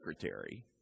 secretary